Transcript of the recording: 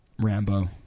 Rambo